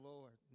Lord